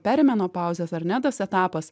perimenopauzės ar ne tas etapas